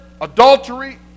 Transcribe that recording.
adultery